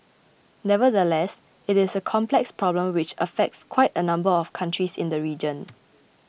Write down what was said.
nevertheless it is a complex problem which affects quite a number of countries in the region